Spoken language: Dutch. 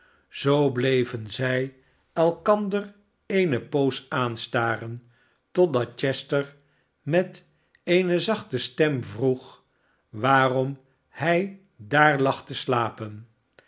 zoo bleven zij elkander eene poos aanstaren totdat chester met eene zachte stem vroeg waarom hij daar lag te slapen